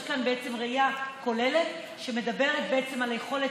יש כאן בעצם ראייה כוללת שמדברת על יכולת